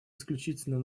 исключительно